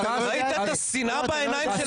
ראו את השנאה בעיניים של האנשים.